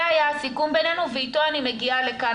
זה היה הסיכום בינינו, ואיתו אני מגיעה לכאן.